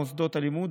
מוסדות הלימוד,